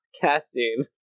casting